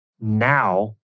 now